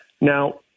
Now